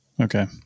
Okay